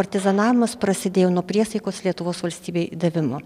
partizanavimas prasidėjo nuo priesaikos lietuvos valstybei davimo